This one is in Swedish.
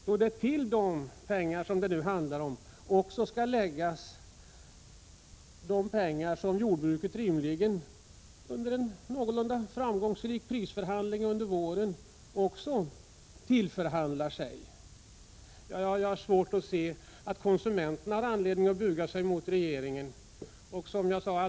Vid det tillfället skall därtill läggas de pengar som jordbruket rimligen under en någorlunda framgångsrik prisförhandling under våren förhandlar sig till. Jag har svårt att se att konsumenterna har anledning att buga sig mot regeringen.